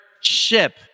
ship